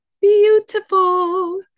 Beautiful